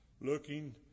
looking